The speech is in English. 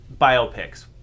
biopics